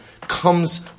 comes